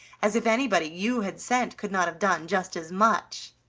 as if anybody you had sent could not have done just as much!